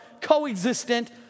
co-existent